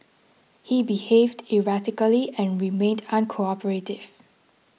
he behaved erratically and remained uncooperative